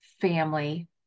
family